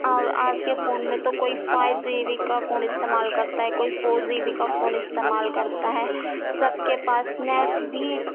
اور آج کے فون میں تو کوئی فائیو جی بی کا فون استعمال کرتا ہے کوئی فور جی بی کا فون استعمال کرتا ہے سب کے پاس نیٹ بھی